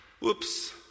Whoops